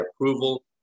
approval